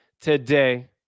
Today